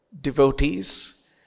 devotees